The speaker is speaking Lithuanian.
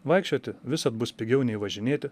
vaikščioti visad bus pigiau nei važinėti